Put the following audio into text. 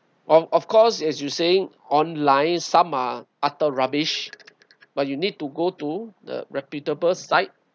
of course as you saying online some are utter rubbish but you need to go to the reputable site